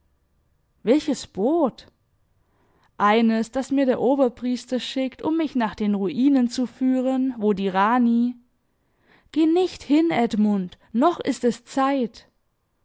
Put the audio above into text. welches boot eines das mir der oberpriester schickt um mich nach den ruinen zu führen wo die rani geh nicht hin edmund noch ist es zeit